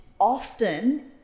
often